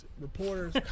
reporters